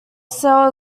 cell